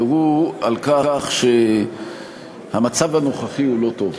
והוא שהמצב הנוכחי הוא מצב לא טוב,